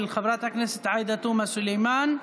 של חברת הכנסת עאידה תומא סלימאן.